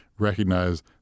recognize